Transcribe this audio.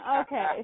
Okay